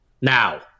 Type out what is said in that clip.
now